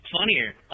funnier